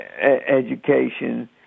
education